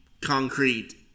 concrete